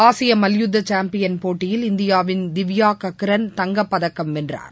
ஆசிய மல்யுத்த சாம்பியன் போட்டியில் இந்தியாவின் திவ்யா கக்ரண் தங்கப்பதக்கம் வென்றார்